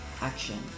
action